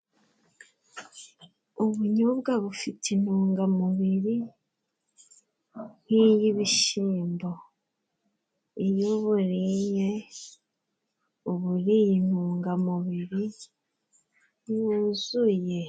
Ubunyobwa bufite intungamubiri nk'iy'ibishimbo, iyo uburiye uba uriye intungamubiri yuzuye.